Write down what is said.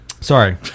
Sorry